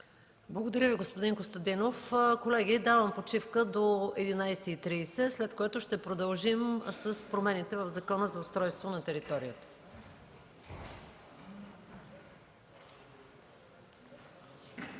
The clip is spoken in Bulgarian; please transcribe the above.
Благодаря Ви, господин Костадинов. Колеги, давам почивка до 11,30 ч., след което ще продължим с промените в Закона за устройство на територията.